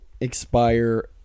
expire